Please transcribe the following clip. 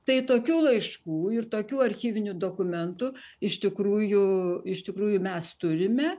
tai tokių laiškų ir tokių archyvinių dokumentų iš tikrųjų iš tikrųjų mes turime